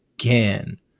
again